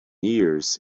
years